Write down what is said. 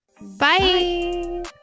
bye